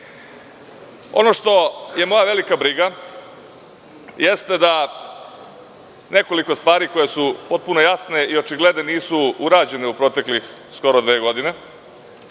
što je moja velika briga jeste da nekoliko stvari koje su potpuno jasne i očigledno nisu urađene u proteklih skoro dve godine.